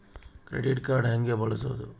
Credit card ಹೆಂಗ ಬಳಸೋದು?